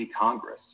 Congress